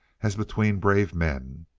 as between brave men,